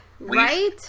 Right